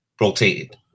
rotated